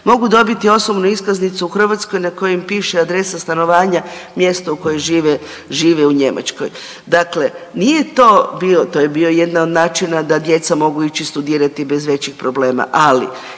Mogu dobiti osobnu iskaznicu na kojoj im piše adresa stanovanja mjesto u kojem žive, žive u Njemačkoj. Dakle, nije to bio, to je bio jedan od načina da djeca mogu ići studirati bez većih problema, ali